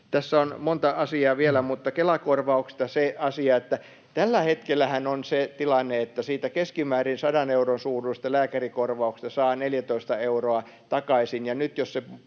Tässä on monta asiaa vielä, mutta Kela-korvauksesta se asia, että tällä hetkellähän on se tilanne, että siitä keskimäärin 100 euron suuruisesta lääkärikorvauksesta saa 14 euroa takaisin,